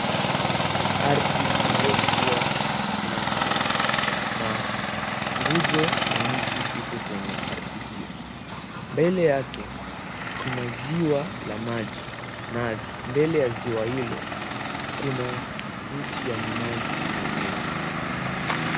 Ardhi iliyokua imemea nyasi na nguzo ya mti uko kwenye ardhi hio. Mbele yake kuna ziwa la maji na mbele ya ziwa hilo kuna miti ya minazi imemea.